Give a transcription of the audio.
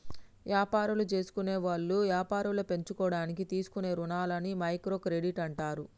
యాపారాలు జేసుకునేవాళ్ళు యాపారాలు పెంచుకోడానికి తీసుకునే రుణాలని మైక్రో క్రెడిట్ అంటారు